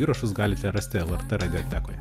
įrašus galite rasti lrt radiotekoje